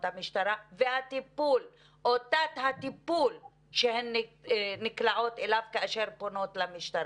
המשטרה והטיפול או תת-טיפול שהן נקלעות אליו כאשר הן פונות למשטרה.